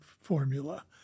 formula